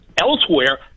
elsewhere